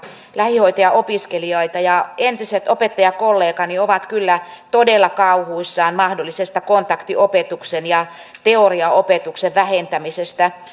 lähihoitajaopiskelijoita ja entiset opettajakollegani ovat kyllä todella kauhuissaan mahdollisesta kontaktiopetuksen ja teoriaopetuksen vähentämisestä